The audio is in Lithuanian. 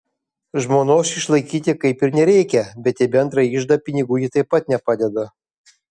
žmonos išlaikyti kaip ir nereikia bet į bendrą iždą pinigų ji taip pat nepadeda